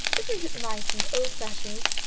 isn't it nice and old-fashioned?